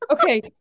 Okay